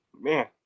Man